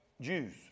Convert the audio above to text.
Jews